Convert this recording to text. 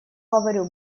говорю